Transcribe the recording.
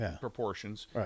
proportions